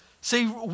See